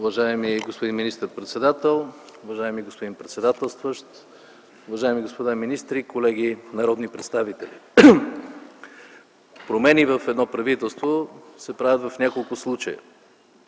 Уважаеми господин министър-председател, уважаеми господин председателстващ, уважаеми господа министри, колеги народни представители! Промени в едно правителство се правят в няколко случая